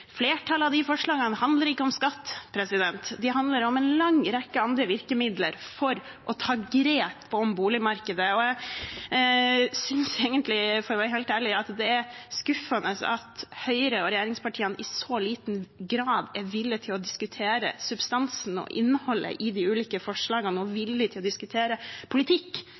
Flertallet av disse forslagene handler ikke om skatt; de handler om en lang rekke andre virkemidler for å ta grep om boligmarkedet. Jeg synes egentlig, for å være helt ærlig, det er skuffende at Høyre og regjeringspartiene i så liten grad er villig til å diskutere substansen og innholdet i de ulike forslagene og villig til å diskutere politikk